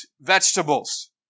vegetables